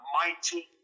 mighty